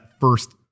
first